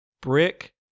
Brick